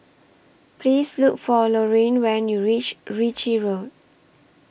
Please Look For Lorine when YOU REACH REACH Ritchie Road